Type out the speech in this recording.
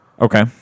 Okay